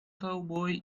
cowboy